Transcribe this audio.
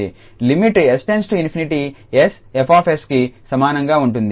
limit 𝑠→∞𝑠𝐹𝑠కి సమానంగా ఉంటుంది